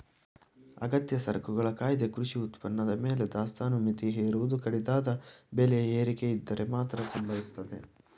ಅಗತ್ಯ ಸರಕುಗಳ ಕಾಯ್ದೆ ಕೃಷಿ ಉತ್ಪನ್ನದ ಮೇಲೆ ದಾಸ್ತಾನು ಮಿತಿ ಹೇರುವುದು ಕಡಿದಾದ ಬೆಲೆ ಏರಿಕೆಯಿದ್ದರೆ ಮಾತ್ರ ಸಂಭವಿಸ್ತದೆ